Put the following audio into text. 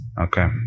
Okay